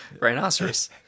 rhinoceros